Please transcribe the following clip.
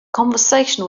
conversation